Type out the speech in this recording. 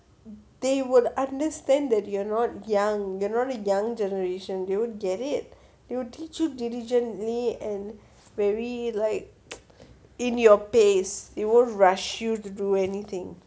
they would understand that you're not young generally young generation they don't get it they will teach you diligently and very like in your pace it won't rush you to do anything